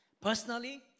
personally